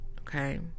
okay